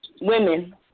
women